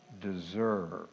deserve